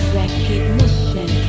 recognition